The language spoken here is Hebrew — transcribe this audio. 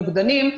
נוגדנים,